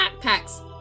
backpacks